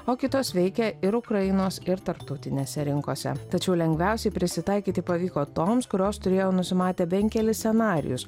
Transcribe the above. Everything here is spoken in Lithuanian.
o kitos veikė ir ukrainos ir tarptautinėse rinkose tačiau lengviausiai prisitaikyti pavyko toms kurios turėjo nusimatę bent kelis scenarijus